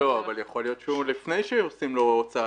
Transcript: אבל יכול להיות שלפני שעושים לו הוצאה